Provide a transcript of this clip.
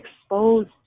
exposed